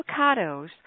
avocados